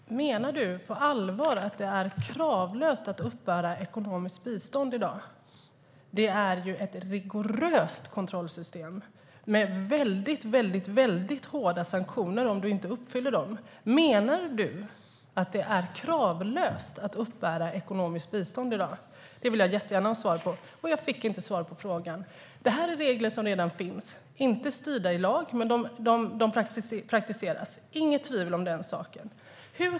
Herr talman! Menar du på allvar att det är kravlöst att uppbära ekonomiskt bistånd i dag, Mikael Dahlqvist? Vi har ju ett rigoröst kontrollsystem med väldigt hårda sanktioner mot den som inte uppfyller kraven. Menar du att det är kravlöst att uppbära ekonomiskt bistånd i dag? Den frågan vill jag jättegärna ha svar på. Jag fick inte heller svar på min första fråga. Detta är regler som redan finns. De är inte skrivna i lagen, men de praktiseras - inget tvivel om den saken.